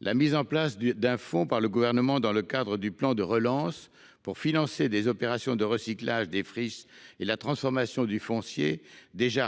La mise en place d'un fonds par le Gouvernement dans le cadre du plan de relance, pour financer des opérations de recyclage des friches et la transformation de foncier déjà